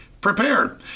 prepared